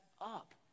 up